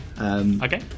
Okay